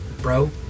bro